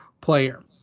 player